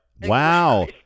wow